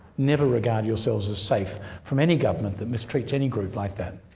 never regard yourselves as safe from any government that mistreat any group like that.